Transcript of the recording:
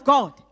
God